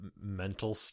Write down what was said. mental